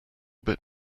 bit